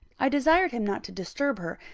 i desired him not to disturb her,